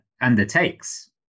undertakes